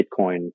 bitcoin